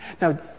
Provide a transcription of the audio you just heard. Now